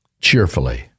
cheerfully